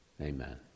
Amen